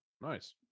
Nice